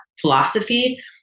philosophy